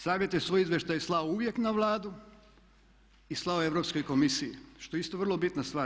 Savjet je svoj izvještaj slao uvijek na Vladu i slao je Europskoj komisiji što je isto vrlo bitna stvar.